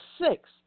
six